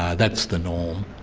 that's the norm.